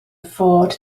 fod